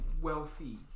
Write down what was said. wealthy